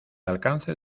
alcance